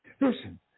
Listen